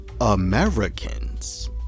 Americans